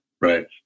right